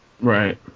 Right